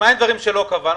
מה עם דברים שלא קבענו?